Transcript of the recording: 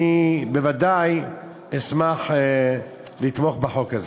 אני בוודאי אשמח לתמוך בחוק הזה.